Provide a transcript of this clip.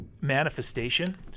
manifestation